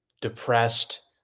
depressed